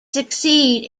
succeed